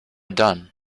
done